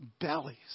bellies